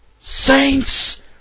Saints